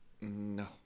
No